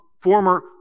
Former